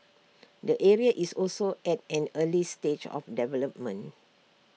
the area is also at an early stage of development